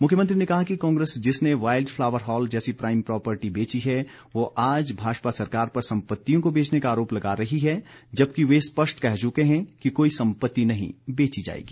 मुख्यमंत्री ने कहा कि कांग्रेस जिसने वाइल्ड फ्लावरहाल जैसी प्राइम प्रापर्टी बेची है वह आज भाजपा सरकार पर संपत्तियों को बेचने का आरोप लगा रही है जबकि वे स्पष्ट कह चुके हैं कि कोई संपत्ति नहीं बेची जाएगी